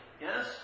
Yes